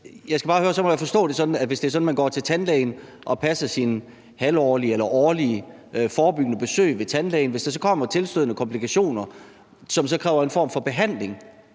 jeg skal bare høre, om jeg skal forstå det sådan, at hvis det er sådan, at man går til tandlægen og passer sine halvårlige eller årlige forebyggende besøg ved tandlægen, og at hvis der så kommer tilstødende komplikationer, som kræver en form for behandling,